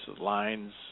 lines